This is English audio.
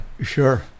sure